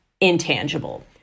Intangible